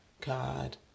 God